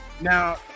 Now